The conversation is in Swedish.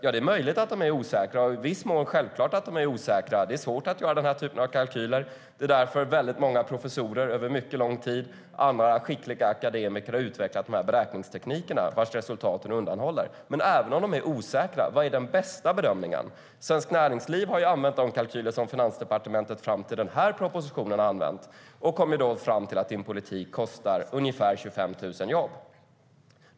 Ja, det är möjligt att de är osäkra. I viss mån är det självklart. Det är svårt att göra den här typen av kalkyler. Det är därför som väldigt många professorer och andra skickliga akademiker under mycket lång tid har utvecklat de beräkningstekniker vars resultat ni undanhåller. Må vara att kalkylerna är osäkra, men vilken är den bästa bedömningen? Svenskt Näringsliv har använt de kalkyler som Finansdepartementet använt fram till den här propositionen och kommit fram till att din politik kostar ungefär 25 000 jobb.